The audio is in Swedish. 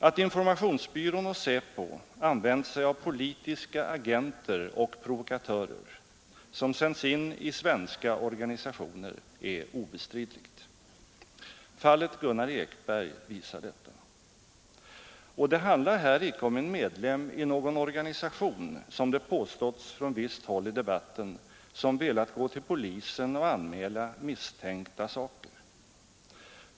Att informationsbyrån och SÄPO använt sig av politiska agenter och provokatörer, som sänts in i svenska organisationer, är obestridligt. Fallet Gunnar Ekberg visar detta. Och det handlar här icke om en medlem i någon organisation, som det påståtts från visst håll i debatten, som velat gå till polisen och anmäla misstänkta saker.